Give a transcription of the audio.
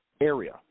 area